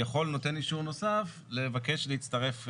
יכול נותן אישור נוסף לבקש להצטרף,